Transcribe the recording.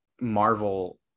Marvel